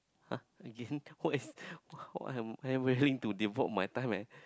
!huh! again what is what am I willing to devote my time and